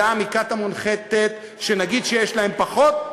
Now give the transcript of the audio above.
את עובדת בשכונות האלה, זה תחת המשמרת שלך היום.